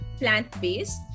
plant-based